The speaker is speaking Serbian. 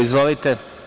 Izvolite.